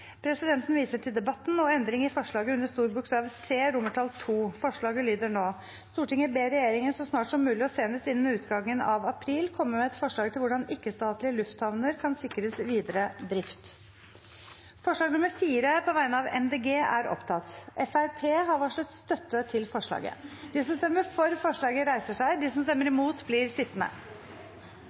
Presidenten viser til debatten og endring i komiteens innstilling under C II. Innstillingen lyder nå: «Stortinget ber regjeringen så snart som mulig, og senest innen utgangen av april, komme med et forslag til hvordan ikke-statlige lufthavner kan sikres videre drift.» Det voteres over forslag nr. 4, fra Miljøpartiet De Grønne. Forslaget lyder: «Stortinget ber regjeringen umiddelbart sørge for at fylkesmennene gir matbutikker og apotek dispensasjon fra hovedregelen om å holde stengt på